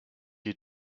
you